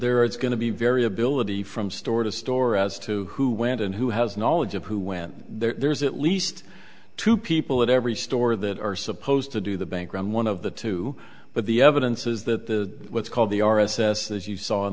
there is going to be variability from store to store as to who went and who has knowledge of who went there's at least two people at every store that are supposed to do the bank on one of the two but the evidence is that the what's called the r s s as you saw